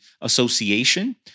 Association